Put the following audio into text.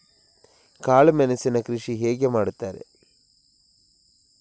ಕಾಳು ಮೆಣಸಿನ ಕೃಷಿ ಹೇಗೆ ಮಾಡುತ್ತಾರೆ?